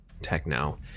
Techno